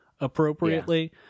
appropriately